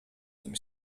nim